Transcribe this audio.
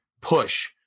push